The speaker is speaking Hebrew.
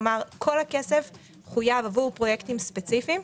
כלומר כל הכסף חויב עבור פרויקטים ספציפיים,